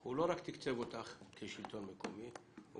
הוא לא רק תקצב אותך כשלטון מקומי אלא